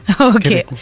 Okay